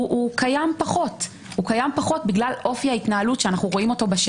הוא קיים פחות בגלל אופי ההתנהלות שאנחנו רואים בו בשטח.